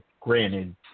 Granted